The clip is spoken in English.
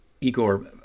Igor